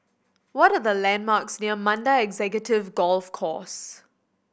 what the landmarks near Mandai Executive Golf Course